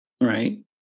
right